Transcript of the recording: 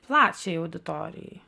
plačiajai auditorijai